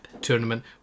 tournament